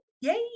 Yay